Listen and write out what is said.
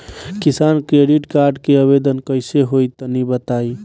किसान credit card के आवेदन कईसे होई तनि बताई?